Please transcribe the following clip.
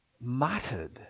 muttered